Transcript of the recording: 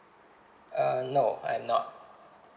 uh no I'm not